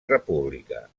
república